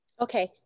Okay